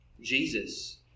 Jesus